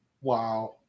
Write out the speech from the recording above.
Wow